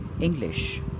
English